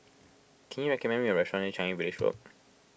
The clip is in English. can you recommend me a restaurant near Changi Village Road